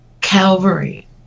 Calvary